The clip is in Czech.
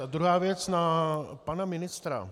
A druhá věc na pana ministra.